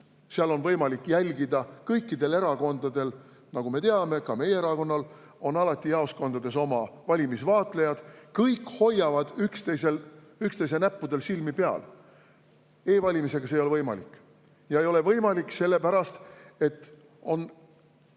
kõike on võimalik jälgida. Kõikidel erakondadel, nagu me teame – ka meie erakonnal –, on alati jaoskondades oma valimisvaatlejad. Kõik hoiavad üksteise näppudel silmi peal. E-valimisel see ei ole võimalik. See ei ole võimalik sellepärast, et on